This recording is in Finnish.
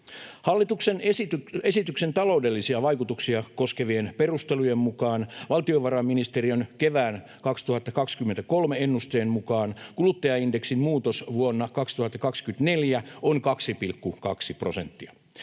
Hallituksen esityksen taloudellisia vaikutuksia koskevien perustelujen mukaan valtiovarainministeriön kevään 2023 ennusteen mukaan kuluttajaindeksin muutos vuonna 2024 on 2,2 prosenttia.